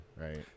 right